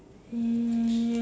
um